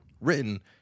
written